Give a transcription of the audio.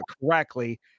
correctly